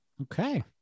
okay